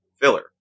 filler